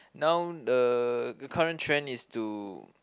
now the the current trend is to